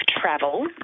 travel